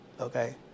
Okay